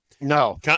No